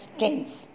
tense